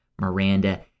Miranda